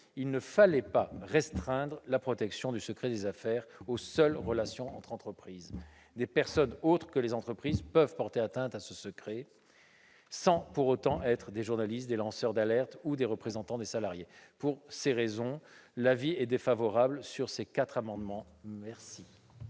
il ne fallait pas restreindre la protection du secret des affaires aux seules relations entre entreprises. Des personnes autres que les entreprises peuvent porter atteinte au secret, sans pour autant être des journalistes, des lanceurs d'alerte ou des représentants des salariés. Pour ces raisons, l'avis de la commission est défavorable sur les quatre amendements. Quel